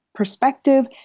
perspective